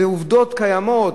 אלה עובדות קיימות.